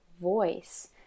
voice